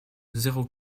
zéro